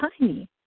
tiny